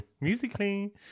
Musically